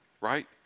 right